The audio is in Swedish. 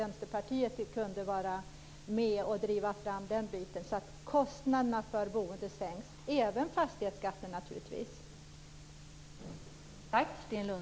Vänsterpartiet borde bidra till att driva på för att sänka kostnaderna för boendet, naturligtvis även fastighetsskatten.